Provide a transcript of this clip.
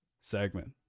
segment